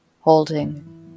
holding